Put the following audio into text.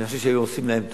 אני חושב שהיו עושים להם טוב,